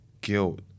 guilt